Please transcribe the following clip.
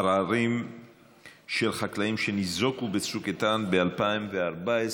עררים של חקלאים שניזוקו בצוק איתן ב-2014,